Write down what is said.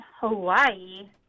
Hawaii